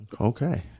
Okay